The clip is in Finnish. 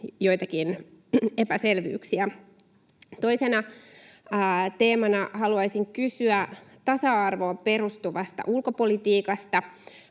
joitakin epäselvyyksiä. Toisena teemana haluaisin kysyä tasa-arvoon perustuvasta ulkopolitiikasta,